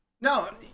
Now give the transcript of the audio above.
no